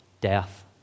death